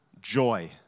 joy